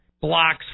blocks